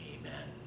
amen